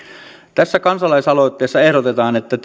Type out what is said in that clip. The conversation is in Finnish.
tässä kansalaisaloitteessa ehdotetaan että